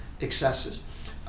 excesses